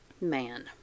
Man